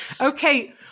Okay